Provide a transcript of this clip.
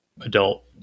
adult